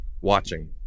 watching